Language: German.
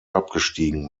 abgestiegen